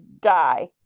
die